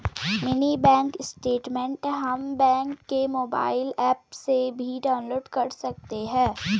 mini bank statement हम bank के mobile app से भी डाउनलोड कर सकते है